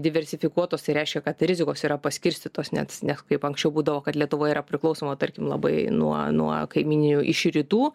diversifikuotos tai reiškia kad rizikos yra paskirstytos net neh kaip anksčiau būdavo kad lietuva yra priklausoma tarkim labai nuo nuo kaimyninių iš rytų